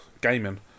gaming